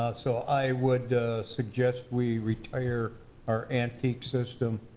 ah so i would suggest we retire our antique system,